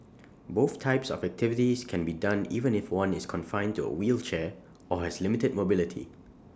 both types of activities can be done even if one is confined to A wheelchair or has limited mobility